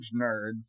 nerds